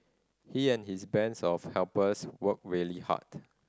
he and his bands of helpers worked really hard